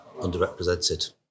underrepresented